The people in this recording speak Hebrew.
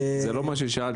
טיבי, זה לא מה ששאלתי.